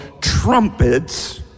Trumpets